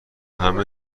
همه